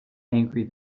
angry